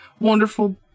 wonderful